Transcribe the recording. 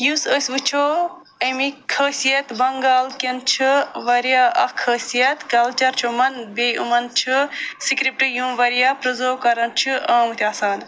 یُس أسۍ وٕچھو اَمِکۍ خٲصِیت بنٛگال کٮ۪ن چھُ وارِیاہ اکھ خٲصِیت کلچر چھُ یِمن بیٚیہِ یِمن چھُ سکرپٹ یِم وارِیاہ پرزٲرٕو کران چھِ آمٕتۍ آسان